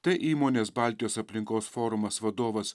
tai įmonės baltijos aplinkos forumas vadovas